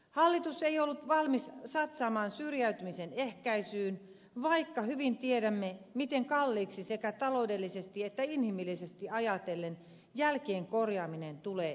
hallitus ei ollut valmis satsaamaan syrjäytymisen ehkäisyyn vaikka hyvin tiedämme miten kalliiksi sekä taloudellisesti että inhimillisesti ajatellen jälkien korjaaminen tulee jälkeenpäin